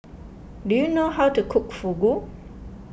do you know how to cook Fugu